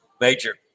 Major